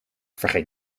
vergeet